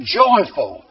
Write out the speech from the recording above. joyful